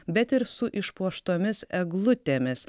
bet ir su išpuoštomis eglutėmis